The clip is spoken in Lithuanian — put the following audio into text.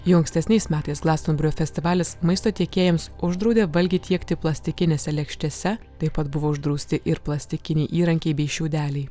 jau ankstesniais metais glastonberio festivalis maisto tiekėjams uždraudė valgį tiekti plastikinėse lėkštėse taip pat buvo uždrausti ir plastikiniai įrankiai bei šiaudeliai